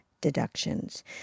deductions